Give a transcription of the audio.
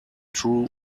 true